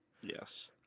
Yes